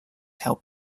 help